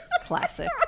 classic